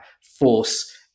force